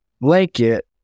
blanket